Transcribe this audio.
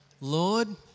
Lord